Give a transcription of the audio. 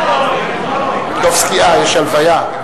אה, יש הלוויה.